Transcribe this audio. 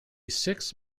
six